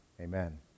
Amen